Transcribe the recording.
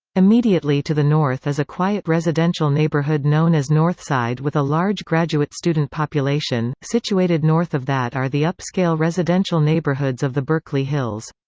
immediately to the north is a quiet residential neighborhood known as northside with a large graduate student population situated north of that are the upscale residential neighborhoods of the berkeley hills.